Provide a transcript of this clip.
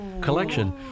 collection